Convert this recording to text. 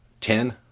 ten